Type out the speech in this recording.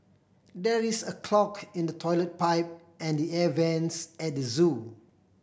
there is a clog in the toilet pipe and the air vents at the zoo